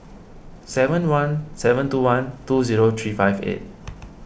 seven one seven two one two zero three five eight